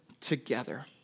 Together